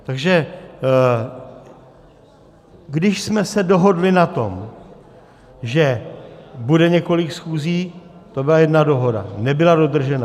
Takže když jsme se dohodli na tom, že bude několik schůzí, to byla jedna dohoda, nebyla dodržena.